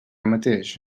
mateix